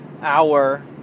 hour